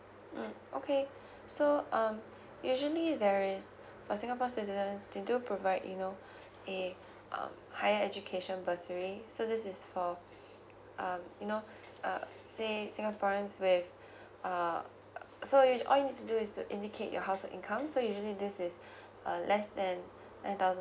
mm okay so um usually there is for singapore citizen they do provide you know a um higher education bursary so this is for um you know uh say singaporeans with uh so you j~ all you need to do is to indicate your household income so usually this is uh less than nine thousand